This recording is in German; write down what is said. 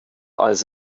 als